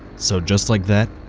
so just like that,